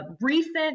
recent